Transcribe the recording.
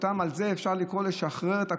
על זה אפשר לקרוא לשחרר את הכותל,